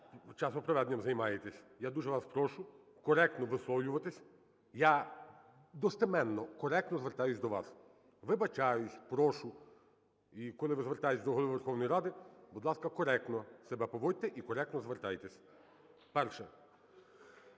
ви часом проведенням займаєтесь. Я дуже вас прошу коректно висловлюватися, я достеменно коректно звертаюся до вас: вибачаюсь, прошу. І коли ви звертаєтеся до Голови Верховної Ради, будь ласка, коректно себе поводьте і коректно звертайтеся. Перше.